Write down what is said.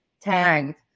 tagged